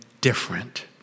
different